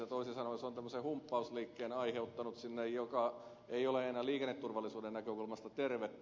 toisin sanoen se on tämmöisen humppausliikkeen aiheuttanut sinne joka ei ole aina liikenneturvallisuuden näkökulmasta tervettä